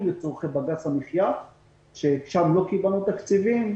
לצורכי בג"ץ המחייה כששם לא קיבלנו תקציבי,